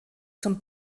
zum